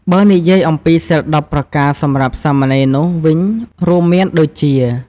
បើនិយាយអំពីសីល ១០ ប្រការសម្រាប់សាមណេរនោះវិញរួមមានដូចជា